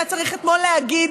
היה צריך אתמול להגיד